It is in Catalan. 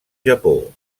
japó